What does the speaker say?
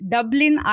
Dublin